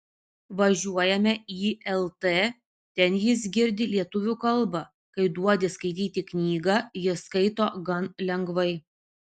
važiuojame į lt ten jis girdi lietuvių kalbą kai duodi skaityti knygą jis skaito gan lengvai